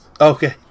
Okay